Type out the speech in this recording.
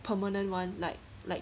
permanent one like like